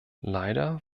leider